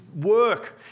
work